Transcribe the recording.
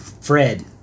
Fred